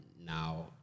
now